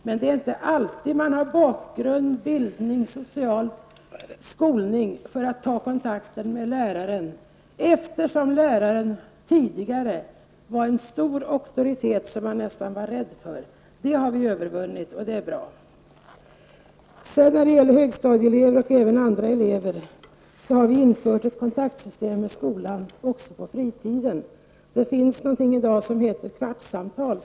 Men det är inte alltid som man har bakgrund, bildning och social skolning för att ta kontakt med läraren, eftersom läraren tidigare var en stor auktoritet som man nästan var rädd för. Det har vi övervunnit, och det är bra. När det gäller högstadieelever och även andra elever har vi infört ett kontaktsystem i skolan som gäller även fritiden. Det finns i dag något som heter kvartssamtal.